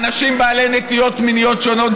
אנשים בעלי נטיות מיניות שונות.